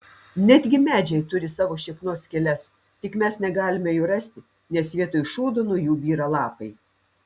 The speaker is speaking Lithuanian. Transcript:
netgi medžiai turi savo šiknos skyles tik mes negalime jų rasti nes vietoj šūdo nuo jų byra lapai